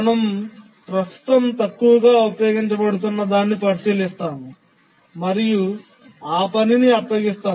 మనం ప్రస్తుతం తక్కువగా ఉపయోగించబడుతున్నదాన్ని పరిశీలిస్తాము మరియు ఆ పనిని అప్పగిస్తాము